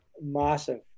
Massive